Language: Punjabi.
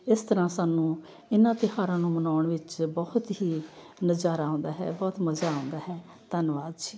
ਇਸ ਤਰ੍ਹਾਂ ਸਾਨੂੰ ਇਹਨਾਂ ਤਿਉਹਾਰਾਂ ਨੂੰ ਮਨਾਉਣ ਵਿੱਚ ਬਹੁਤ ਹੀ ਨਜ਼ਾਰਾ ਆਉਂਦਾ ਹੈ ਬਹੁਤ ਮਜ਼ਾ ਆਉਂਦਾ ਹੈ ਧੰਨਵਾਦ ਜੀ